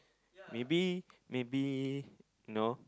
maybe maybe you know